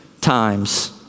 times